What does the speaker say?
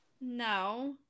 No